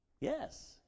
Yes